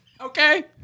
Okay